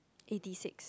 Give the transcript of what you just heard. eighty six